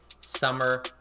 Summer